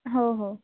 हो हो